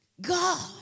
God